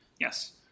yes